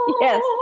Yes